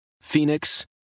Phoenix